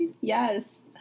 Yes